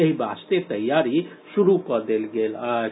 एहि वास्ते तैयारी शुरू कऽ देल गेल अछि